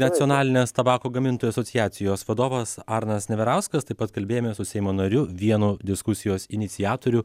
nacionalinės tabako gamintojų asociacijos vadovas arnas neverauskas taip pat kalbėjome su seimo nariu vienu diskusijos iniciatorių